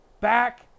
back